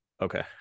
Okay